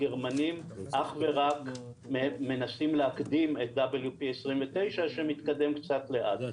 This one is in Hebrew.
הגרמנים אך ורק מנסים להקדים את WP29 שמתקדם קצת לאט.